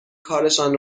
کارشان